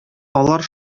алар